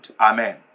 Amen